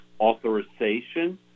authorization